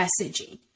messaging